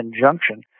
injunction